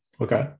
Okay